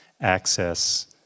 access